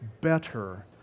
better